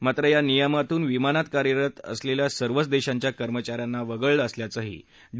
मात्र या नियमातून विमानातकार्यरत सर्वच देशांच्या कर्मचाऱ्यांना वगळलं असल्याचंही डी